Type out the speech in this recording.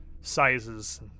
sizes